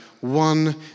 one